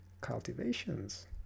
cultivations